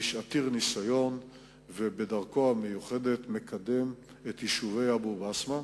איש עתיר ניסיון אשר בדרכו המיוחדת מקדם את יישובי אבו-בסמה.